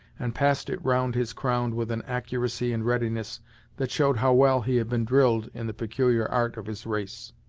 and passed it round his crown with an accuracy and readiness that showed how well he had been drilled in the peculiar art of his race.